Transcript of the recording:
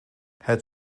het